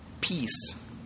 peace